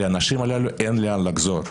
אין להן לאן לחזור,